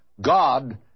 God